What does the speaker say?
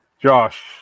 Josh